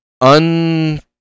un